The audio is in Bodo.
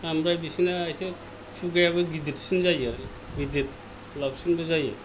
आमफ्राय बिसोरना एसे खुगायाबो गिदिरसिन जायो गिदिर लावसिनबो जायो